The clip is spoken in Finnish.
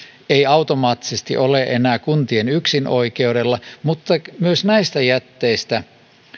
ei automaattisesti ole enää kuntien yksinoikeudella mutta markkinapuutteen takia myös näistä jätteistä